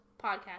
podcast